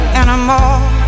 anymore